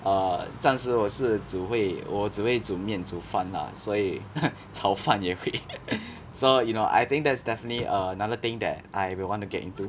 err 暂时我是只会我只会煮面煮饭 lah 所以炒饭也会 so you know I think that's definitely err another thing that I will want to get into